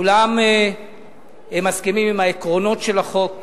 כולם מסכימים עם העקרונות של החוק.